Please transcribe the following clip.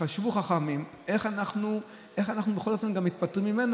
וחשבו חכמים איך אנחנו בכל אופן גם נפטרים ממנה.